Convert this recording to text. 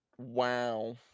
Wow